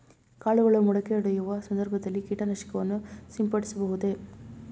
ಕಾಳುಗಳು ಮೊಳಕೆಯೊಡೆಯುವ ಸಂದರ್ಭದಲ್ಲಿ ಕೀಟನಾಶಕವನ್ನು ಸಿಂಪಡಿಸಬಹುದೇ?